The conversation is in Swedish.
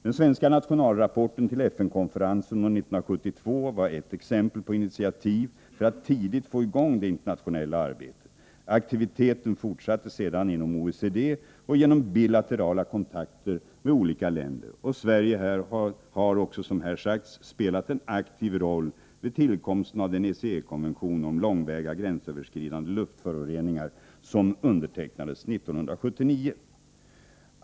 Den svenska nationalrapporten till FN-konferensen 1972 är ett exempel på initiativ för att tidigt få i gång det internationella arbetet. Aktiviteten fortsatte sedan inom OECD och genom bilaterala kontakter med olika länder. Sverige har också, som här sagts, spelat en aktiv roll vid tillkomsten av ECE-konventionen om långväga gränsöverskridande luftföroreningar som undertecknades 1979.